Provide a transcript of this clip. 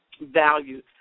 value